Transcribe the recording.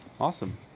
Awesome